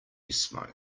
smoke